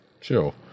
Chill